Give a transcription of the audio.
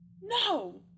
no